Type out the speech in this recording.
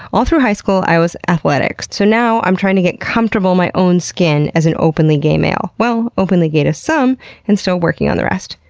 all through high school i was athletic, so now i'm trying to get comfortable in my own skin as an openly gay male. well, openly gay to some and still working on the rest.